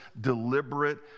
deliberate